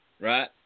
right